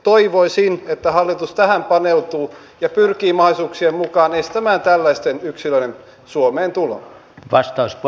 toivoisin että hallitus tähän paneutuu ja pyrkii mahdollisuuksien mukaan estämään tällaisten yksilöiden suomeen tulon